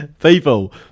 People